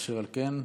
אשר על כן,